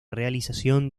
realización